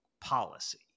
policy